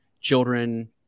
children